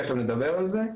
תיכף נדבר על זה,